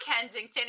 Kensington